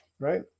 Right